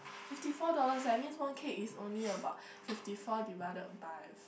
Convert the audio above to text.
fifty four dollars that means one cake is only about fifty four divided by